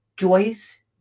Joyce